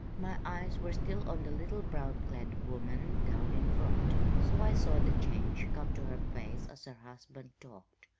my eyes were still on the little brown-clad woman down in front, so i saw the change come to her face as her husband talked.